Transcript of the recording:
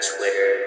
Twitter